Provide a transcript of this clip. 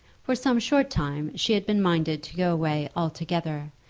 for some short time she had been minded to go away altogether,